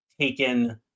taken